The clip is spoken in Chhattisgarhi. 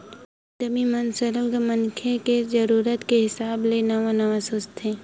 उद्यमी मन सरलग मनखे के जरूरत के हिसाब ले नवा नवा सोचथे